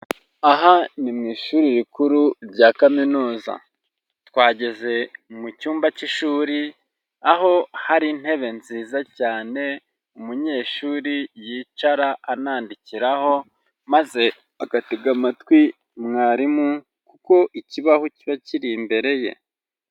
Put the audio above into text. Aha ni mu ishuri rikuru rya kaminuza, twageze mu cyumba cy'ishuri aho hari intebe nziza cyane umunyeshuri yicara anandikiraho maze agatega amatwi mwarimu kuko ikibaho kiba kiri imbere ye.